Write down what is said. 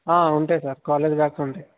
ఉంటాయి sir college bags ఉంటాయి